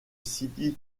sidi